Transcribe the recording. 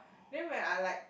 then went I like